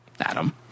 Adam